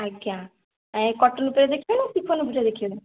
ଆଜ୍ଞା ଏ କଟନ୍ ଉପରେ ଦେଖିବେ ନା ଶିଫନ୍ ଉପରେ ଦେଖିବେ